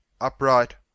upright